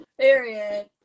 Period